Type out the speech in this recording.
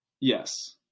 Yes